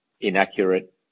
inaccurate